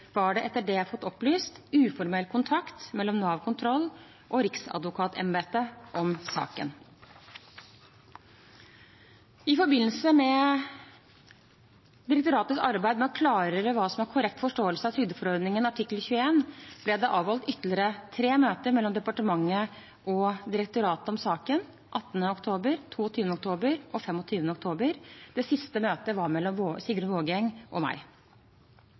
var det etter det jeg har fått opplyst, uformell kontakt mellom Nav kontroll og Riksadvokatembetet om saken. I forbindelse med direktoratets arbeid med å klargjøre hva som er en korrekt forståelse av trygdeforordningen artikkel 21, ble det avholdt ytterligere tre møter mellom departementet og direktoratet om saken, 18. oktober, 22. oktober og 25. oktober. Det siste møtet var mellom Sigrun Vågeng og meg.